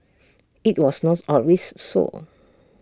IT was not always so